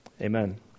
amen